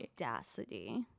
audacity